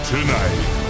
Tonight